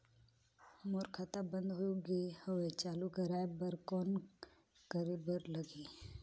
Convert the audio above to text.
मोर खाता बंद हो गे हवय चालू कराय बर कौन करे बर लगही?